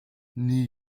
nie